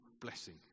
blessing